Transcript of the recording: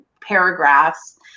paragraphs